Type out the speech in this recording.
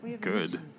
good